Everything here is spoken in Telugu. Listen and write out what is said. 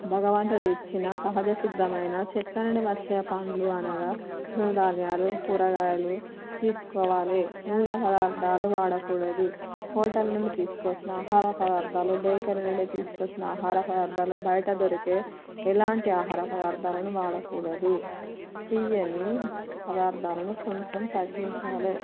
భగవంతుడు ఇచ్చిన సహజ సిద్దమైన చెట్ల నుండి వచ్చే పండ్లు అనగా తృణ ధాన్యాలు కూరగాయలు తీసుకోవాలి నూనె పదార్థాలు వాడకూడదు హోటల్ నుండి తీసుకొచ్చిన ఆహారపదార్థాలు బేకరీ నుండి తీసుకొచ్చిన ఆహార పదార్ధాలు బయట దొరికే ఎలాంటి ఆహార పదార్థాలను వాడకూడదు తియ్యని పదార్థాలను కొంచెం తగ్గించాలి